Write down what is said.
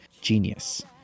genius